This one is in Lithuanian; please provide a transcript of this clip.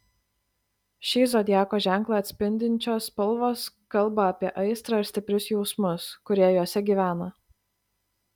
šį zodiako ženklą atspindinčios spalvos kalba apie aistrą ir stiprius jausmus kurie juose gyvena